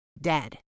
dead